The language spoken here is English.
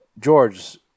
George